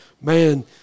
Man